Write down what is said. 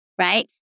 right